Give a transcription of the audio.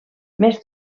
més